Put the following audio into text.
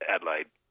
Adelaide